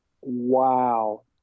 Wow